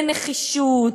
בנחישות,